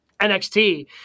NXT